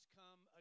come